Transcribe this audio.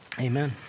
Amen